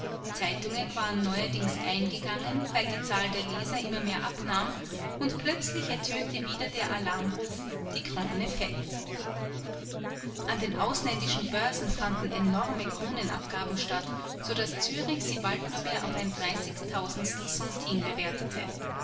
zeitungen waren neuerdings eingegangen weil die zahl der leser immer mehr abnahm und plötzlich ertönte wieder der alarmruf die krone fällt an den ausländischen börsen fanden enorme kronenabgaben statt so daß zürich sie bald nur mehr auf ein dreißigtausendstel centime bewertete